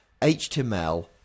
HTML